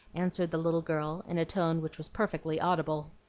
answered the little girl, in a tone which was perfectly audible.